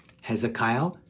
Hezekiah